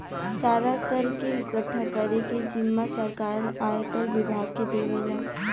सारा कर के इकठ्ठा करे के जिम्मा सरकार आयकर विभाग के देवेला